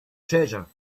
treasure